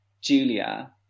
Julia